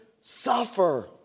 suffer